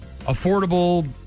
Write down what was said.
affordable